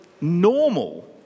normal